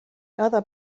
other